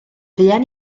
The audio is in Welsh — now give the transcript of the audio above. fuan